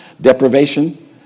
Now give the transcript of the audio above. deprivation